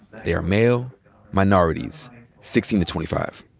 they are male minorities sixteen to twenty five.